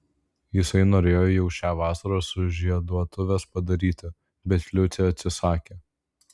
jisai norėjo jau šią vasarą sužieduotuves padaryti bet liucė atsisakė